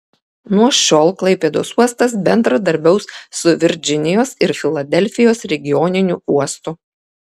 nuo šiol klaipėdos uostas bendradarbiaus su virdžinijos ir filadelfijos regioniniu uostu